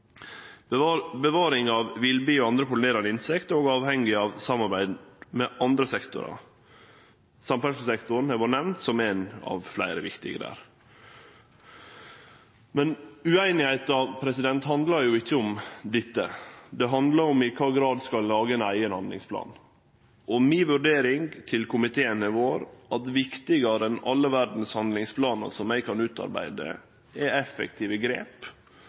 det. Bevaring av villbier og andre pollinerande insekt er òg avhengig av samarbeid med andre sektorar. Samferdselssektoren har vore nemnt som ein av fleire viktige her. Men usemja handlar ikkje om dette. Det handlar om i kva grad ein skal lage ein eigen handlingsplan. Mi vurdering overfor komiteen har vore at viktigare enn all verdas handlingsplanar som eg kan utarbeide, er effektive grep